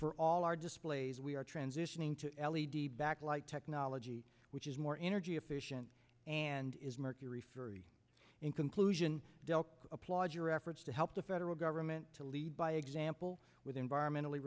for all our displays we are transitioning to l e d back like technology which is more energy efficient and is mercury fury in conclusion delp applaud your efforts to help the federal government to lead by example with environmentally